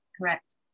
correct